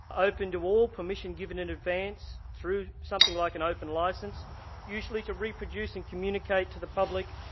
open to all, permission given in advance through something like an open licence usually to reproduce and communicate to the public.